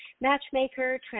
matchmaker